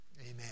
Amen